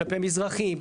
כלפי מזרחים,